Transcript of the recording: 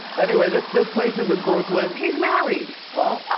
anyway, this this place is in brooklyn he's married. huh?